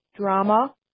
drama